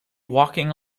walking